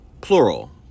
plural